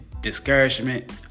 discouragement